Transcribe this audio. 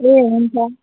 ए हुन्छ